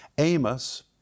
Amos